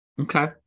Okay